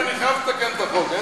ולכן אני חייב לתקן את החוק.